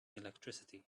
electricity